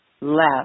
left